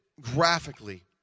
graphically